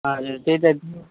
हजुर त्यही त